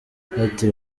ati